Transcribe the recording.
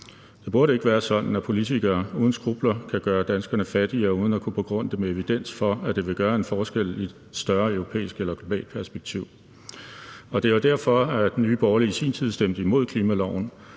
Det burde ikke være sådan, at politikere uden skrupler kan gøre danskerne fattigere uden at kunne begrunde det med evidens for, at det vil gøre en forskel i et større europæisk eller globalt perspektiv. Og det var derfor, at Nye Borgerlige i sin tid stemte imod klimaloven,